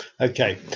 okay